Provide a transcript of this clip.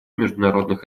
международных